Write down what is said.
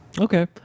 Okay